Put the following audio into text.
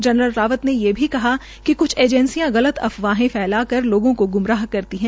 general Rawat ने ये भी कहा कि क्छ एजेंसियां गलत अफवाहें फैलाकर लामों का ग्मराह करते है